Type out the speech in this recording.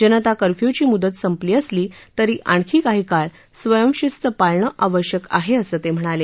जनता कर्फ्य्यंची मुदत संपली असली तरी आणखी काही काळ स्वयंशिस्त पाळणं आवश्यक आहे असं ते म्हणाले